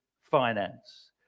finance